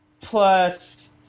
plus